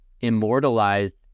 immortalized